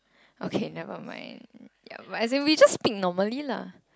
okay never mind ya but as in we just speak normally lah